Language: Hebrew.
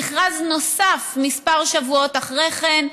מכרז נוסף כמה שבועות אחרי כן.